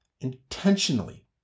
intentionally